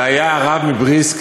זה היה הרב מבריסק,